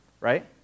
right